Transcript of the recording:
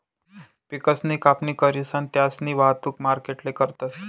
पिकसनी कापणी करीसन त्यास्नी वाहतुक मार्केटले करतस